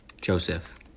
Joseph